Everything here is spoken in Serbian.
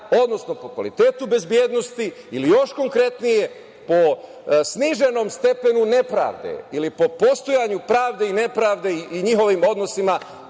odnosno po kvalitetu bezbednosti ili, još konkretnije, po sniženom stepenu nepravde ili po postojanju pravde i nepravde i njihovim odnosima,